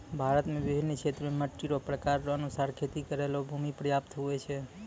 भारत मे बिभिन्न क्षेत्र मे मट्टी रो प्रकार रो अनुसार खेती करै रो भूमी प्रयाप्त हुवै छै